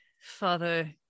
father